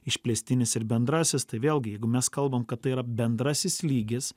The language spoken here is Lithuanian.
išplėstinis ir bendrasis tai vėlgi jeigu mes kalbam kad tai yra bendrasis lygis